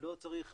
ולא צריך